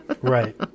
Right